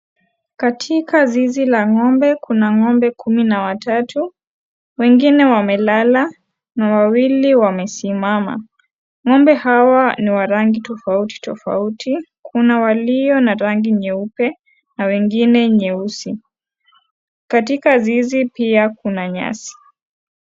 Katika zizi la ngombe kuna ngombe kumi na watatu wengine wamelala na wawili wamesimama. Ngombe hawa ni wa rangi tofauti tofauti .Kuna walio na rangi nyeupe na wengine nyeusi. Katika zizi pia kuna nyasi